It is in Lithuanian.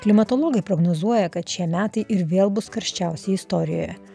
klimatologai prognozuoja kad šie metai ir vėl bus karščiausi istorijoje